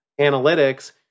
analytics